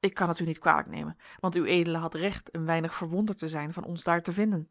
ik kan het u niet kwalijk nemen want ued hadt recht een weinig verwonderd te zijn van ons daar te vinden